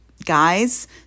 guys